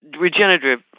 regenerative